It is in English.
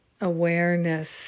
awareness